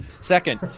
Second